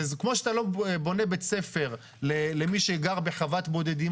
כמו שאתה לא בונה בית ספר למי שגר בחוות בודדים,